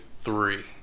three